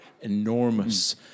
enormous